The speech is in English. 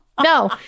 No